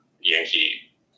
Yankee